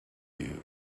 you